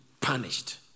punished